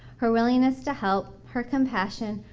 her willingness to help, her compassion,